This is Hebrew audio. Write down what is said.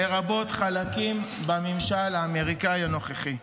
לרבות חלקים בממשלה האמריקאי הנוכחי.